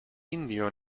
indio